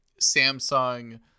samsung